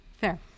fair